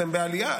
אתם בעלייה,